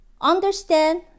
Understand